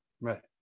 Right